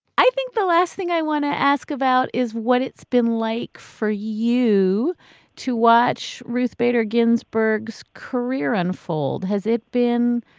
i think the last thing i want to ask about is what it's been like for you to watch. ruth bader ginsburg so career unfold. has it been.